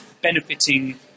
benefiting